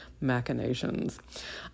machinations